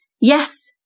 Yes